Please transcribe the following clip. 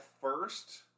first